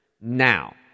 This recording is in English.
Now